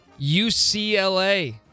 UCLA